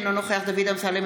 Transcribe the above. אינו נוכח דוד אמסלם,